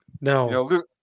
No